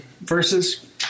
verses